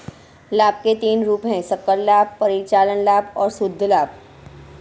लाभ के तीन रूप हैं सकल लाभ, परिचालन लाभ और शुद्ध लाभ